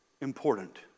important